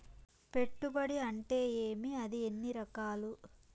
పెట్టుబడి అంటే ఏమి అది ఎన్ని రకాలు